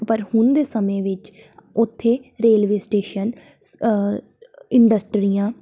ਪਰ ਹੁਣ ਦੇ ਸਮੇਂ ਵਿੱਚ ਉੱਥੇ ਰੇਲਵੇ ਸਟੇਸ਼ਨ ਇੰਡਸਟਰੀਆਂ